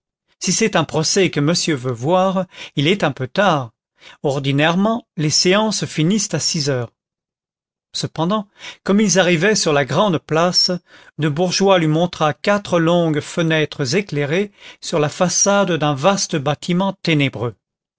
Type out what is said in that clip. si c'est un procès que monsieur veut voir il est un peu tard ordinairement les séances finissent à six heures cependant comme ils arrivaient sur la grande place le bourgeois lui montra quatre longues fenêtres éclairées sur la façade d'un vaste bâtiment ténébreux